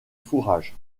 fourrage